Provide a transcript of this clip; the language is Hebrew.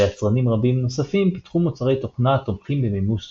BEA ויצרנים רבים נוספים פיתחו מוצרי תוכנה התומכים במימוש במימוש SOA.